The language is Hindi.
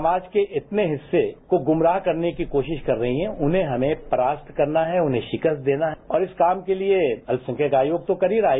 समाज के इतने हिस्से को गुमराह करने की कोशिश कर रहे हैं उन्हें हमें परास्त करना है उन्हे शिकस्त देना है और इस काम के लिए अत्यसंख्यक आयोग तो कर ही रहा है